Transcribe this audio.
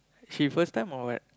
he first time or what